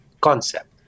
concept